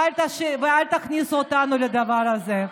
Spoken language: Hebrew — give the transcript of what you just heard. ואל תכניסו אותנו לדבר הזה.